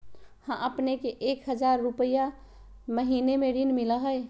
हां अपने के एक हजार रु महीने में ऋण मिलहई?